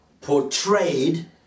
portrayed